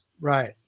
Right